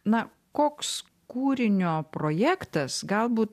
na koks kūrinio projektas galbūt